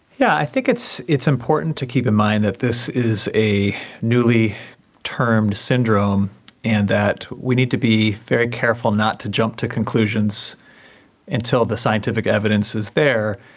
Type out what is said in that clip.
yeah i think it's it's important to keep in mind that this is a newly termed syndrome and that we need to be very careful not to jump to conclusions until the scientific evidence is there.